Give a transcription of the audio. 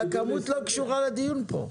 הכמות לא קשורה לדיון פה.